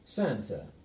Santa